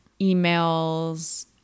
emails